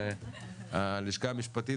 והלשכה המשפטית,